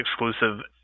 exclusive